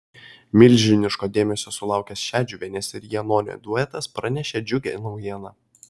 milžiniško dėmesio sulaukęs šedžiuvienės ir janonio duetas pranešė džiugią naujieną